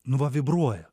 nu va vibruoja